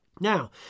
Now